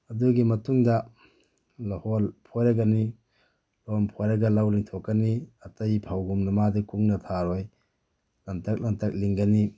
ꯑꯗꯨꯒꯤ ꯃꯇꯨꯡꯗ ꯂꯧꯍꯣꯜ ꯐꯣꯏꯔꯒꯅꯤ ꯂꯧꯍꯣꯜ ꯐꯣꯏꯔꯒ ꯂꯧ ꯂꯤꯡꯊꯣꯛꯀꯅꯤ ꯑꯇꯩ ꯐꯧꯒꯨꯝꯅ ꯃꯥꯗꯤ ꯀꯨꯡꯅ ꯊꯥꯔꯣꯏ ꯂꯟꯇꯛ ꯂꯟꯇꯛ ꯂꯤꯡꯒꯅꯤ